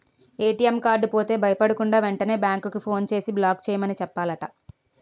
ATM card పోతే భయపడకుండా, వెంటనే బేంకుకి ఫోన్ చేసి బ్లాక్ చేయమని చెప్పాలట